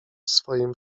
swoim